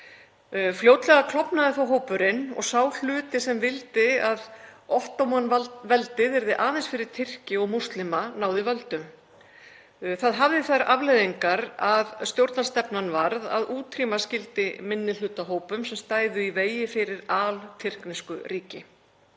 Fljótlega klofnaði þó hópurinn og sá hluti sem vildi að Ottómanaveldið yrði aðeins fyrir Tyrki og múslima náði völdum. Það hafði þær afleiðingar að stjórnarstefnan varð að útrýma skyldi minnihlutahópum sem stæðu í vegi fyrir altyrknesku ríki.